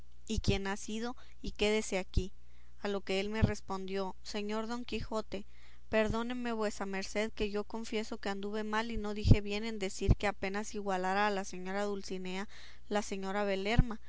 y quien ha sido y quédese aquí a lo que él me respondió señor don quijote perdóneme vuesa merced que yo confieso que anduve mal y no dije bien en decir que apenas igualara la señora dulcinea a la señora